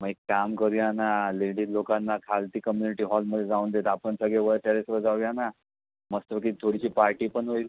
मग एक काम करूया ना लेडीज लोकांना खालती कम्युनिटी हॉलमध्ये जाऊ देत आपण सगळे वर टेरेसवर जाऊया ना मस्तपैकी थोडीशी पार्टी पण होईल